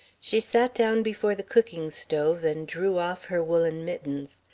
she sat down before the cooking stove and drew off her woolen mittens.